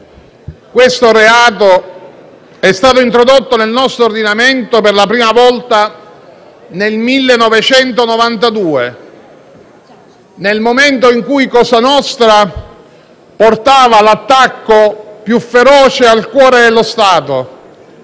questo reato è stato introdotto nel nostro ordinamento per la prima volta nel 1992, nel momento in cui cosa nostra portava l'attacco più feroce al cuore dello Stato,